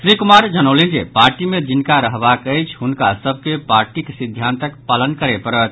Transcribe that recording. श्री कुमार जनौलनि जे पार्टी मे जिनका रहबाक अछि हुनका सभ के पार्टीक सिद्धांतक पालन करय पड़त